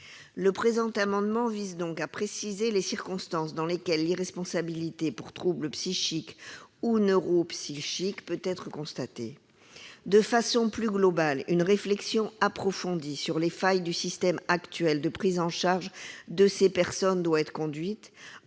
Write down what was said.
Le présent amendement tend donc à préciser les circonstances dans lesquelles l'irresponsabilité pour trouble psychique ou neuropsychique peut-être constatée. De façon plus globale, une réflexion approfondie sur les failles du système actuel de prise en charge de ces personnes doit être conduite,